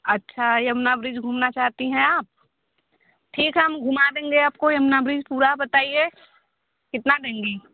अच्छा यमुना ब्रिज घूमना चाहती हैं आप ठीक है हम घुमा देंगे आपको यमुना ब्रिज पूरा बताइए कितना देंगी